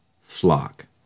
flock